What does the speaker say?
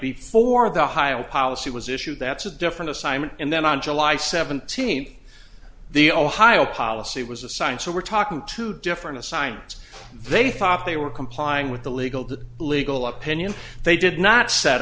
before the high old policy was issued that's a different assignment and then on july seventeenth the ohio policy was assigned so we're talking two different assignments they thought they were complying with the legal the legal opinion they did not set